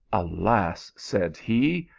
alas! said he,